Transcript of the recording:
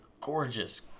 gorgeous